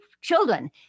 children